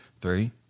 Three